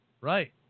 Right